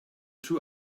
two